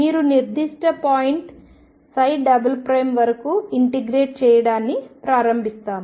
మీరు నిర్దిష్ట పాయింట్ వరకు ఇంటిగ్రేట్ చేయడాన్ని ప్రారంభిస్తాము